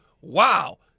wow